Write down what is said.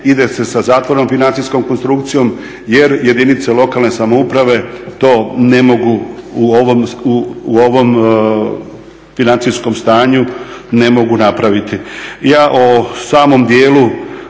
ide se sa zatvorenom financijskom konstrukcijom jer jedinice lokalne samouprave to ne mogu u ovom financijskom stanju ne mogu napraviti. Ja o samom dijelu,